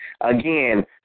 Again